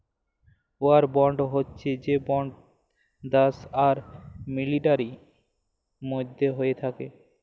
war bond হচ্যে সে bond দ্যাশ আর মিলিটারির মধ্যে হ্য়েয় থাক্যে